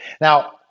Now